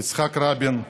יצחק רבין,